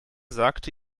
sagte